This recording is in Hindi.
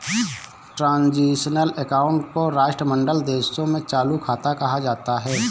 ट्रांजिशनल अकाउंट को राष्ट्रमंडल देशों में चालू खाता कहा जाता है